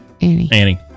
Annie